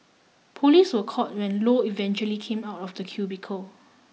police were called when Low eventually came out of the cubicle